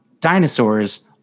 dinosaurs